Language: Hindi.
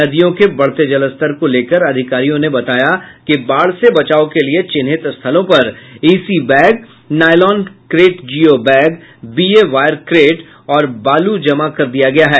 नदियों के बढ़ते जलस्तर को लेकर अधिकारियों ने बताया कि बाढ़ से बचाव के लिये चिन्हित स्थलों पर EC bag nylon crate geo bag BA wire crate और बालू जमा कर दिया गया है